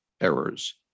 errors